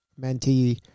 mentee